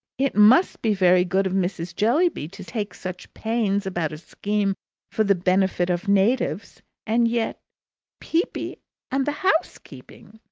it must be very good of mrs. jellyby to take such pains about a scheme for the benefit of natives and yet peepy and the housekeeping!